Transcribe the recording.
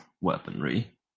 weaponry